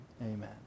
amen